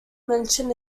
mention